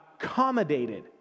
accommodated